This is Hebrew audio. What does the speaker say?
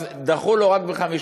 אז דחו לו רק ב-15,